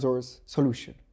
solution